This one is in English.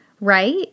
right